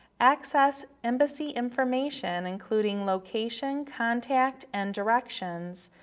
access embassy information including location, contact and directions,